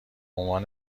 عنوان